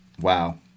Wow